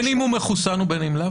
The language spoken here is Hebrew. בין אם הוא מחוסן ובין אם לאו?